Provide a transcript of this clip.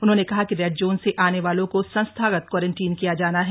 उन्होंने कहा कि रेड जोन से आने वालों को संस्थागत क्वारंटीन किया जाना है